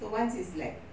so once it's like